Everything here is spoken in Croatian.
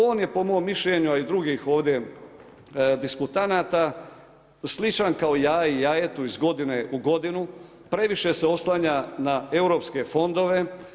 On je po mom mišljenju, a i drugih ovdje diskutanata sličan kao jaje jajetu iz godine u godinu, previše se oslanja na europske fondove.